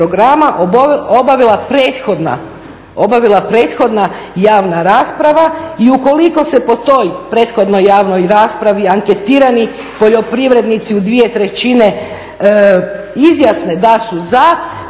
programa obavila prethodna javna rasprava. I ukoliko se po toj prethodnoj javnoj raspravi anketirani poljoprivrednici u dvije trećine izjasne da su za